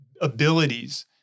abilities